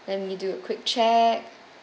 let me do a quick check